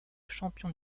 champion